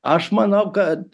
aš manau kad